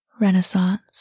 renaissance